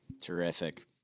Terrific